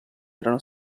erano